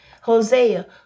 hosea